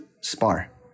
spar